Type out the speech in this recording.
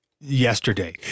yesterday